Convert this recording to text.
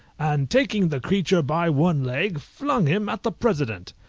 and taking the creature by one leg, flung him at the president.